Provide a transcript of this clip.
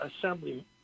assembly